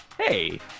Hey